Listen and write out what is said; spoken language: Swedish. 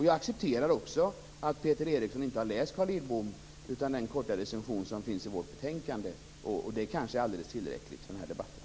Jag accepterar att Peter Eriksson inte har läst Carl Lidboms utredning utan bara den korta recension som finns i vårt betänkande, och det är kanske alldeles tillräckligt för den här debatten.